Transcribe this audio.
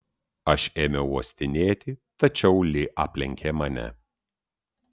aš ėmiau uostinėti tačiau li aplenkė mane